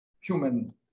human